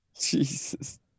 Jesus